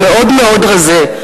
הוא מאוד מאוד רזה.